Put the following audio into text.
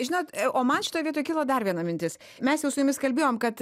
žinot o man šitoj vietoj kilo dar viena mintis mes jau su jumis kalbėjom kad